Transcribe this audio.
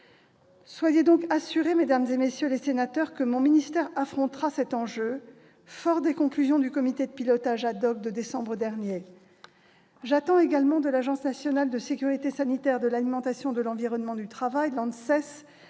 Soyez assurés, mesdames, messieurs les sénateurs, que mon ministère fera face à cet enjeu, fort des conclusions du comité de pilotage de décembre dernier. J'attends également de l'Agence nationale de sécurité sanitaire de l'alimentation, de l'environnement et du travail, l'ANSES,